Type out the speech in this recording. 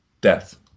death